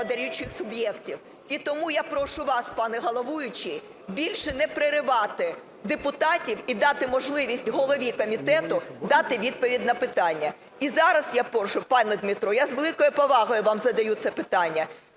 І тому я прошу вас, пане головуючий, більше не переривати депутатів і дати можливість голові комітету дати відповідь на питання. І зараз я прошу, пане Дмитро, я з великою повагою вам задаю це питання.